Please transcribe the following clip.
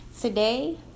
Today